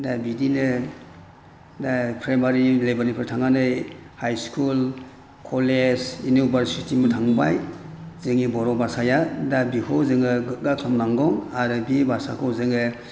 दा बिदिनो दा प्राइमारि लेभेलनिफ्राय थांनानै हाइ स्कुल कलेज इउनिभारसिटिसिम थांबाय जोंनि बर' भाषाया दा बिखौ जोङो गोगा खालाम नांगौ आरो बि भाषाखौ जोङो